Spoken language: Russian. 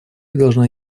должна